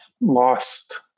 lost